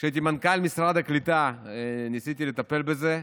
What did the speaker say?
כשהייתי מנכ"ל משרד הקליטה ניסיתי לטפל בזה,